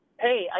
Hey